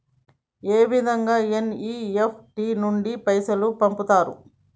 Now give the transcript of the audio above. ఏ విధంగా ఎన్.ఇ.ఎఫ్.టి నుండి పైసలు పంపుతరు?